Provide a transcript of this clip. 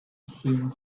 seemed